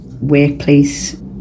workplace